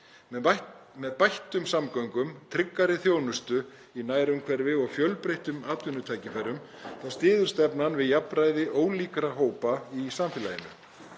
Með bættum samgöngum, tryggari þjónustu í nærumhverfi og fjölbreyttum atvinnutækifærum styður stefnan við jafnræði ólíkra hópa í samfélaginu.